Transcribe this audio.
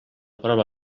prova